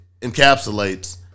encapsulates